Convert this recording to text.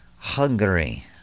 Hungary